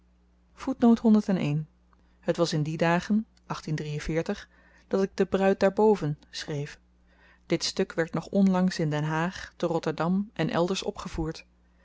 het was in die dagen dat ik de bruid daarboven schreef dit stuk werd nog onlangs in den haag te rotterdam en elders opgevoerd